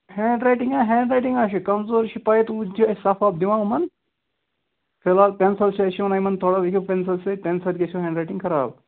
hand writing ہا handwriting آچھُ یہِ کَمزور یہِ چھِ پَے تویتہِ چھِ أسۍ صفہٕ وَفہٕ دِوان یِمَن فِلحال پٮ۪نسَل چھِ أسۍ چھِ وَنان یِمَن تھوڑا لیکھِو پٮ۪نسَل سۭتۍ پٮ۪ن سۭتۍ گَژھیو ہینٛڈ رایٹِنٛگ خراب